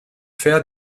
fer